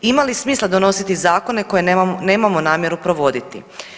Ima li smisla donositi zakone koje nemamo namjeru provoditi?